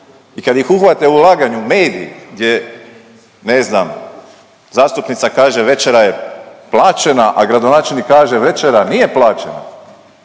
I kad ih uhvate u laganju, mediji, gdje, ne znam, zastupnica kaže večera je plaćena, a gradonačelnik kaže večera nije plaćena,